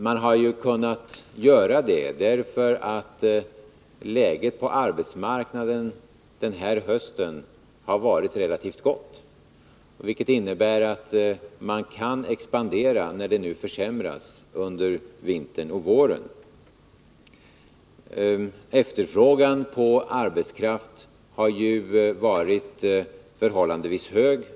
Myndigheterna har kunnat göra detta på grund av att läget på arbetsmarknaden denna höst har varit relativt gott. Det innebär att man kan expandera när läget nu kan försämras under vintern och våren. Efterfrågan på arbetskraft har varit förhållandevis hög.